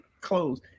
close